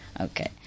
okay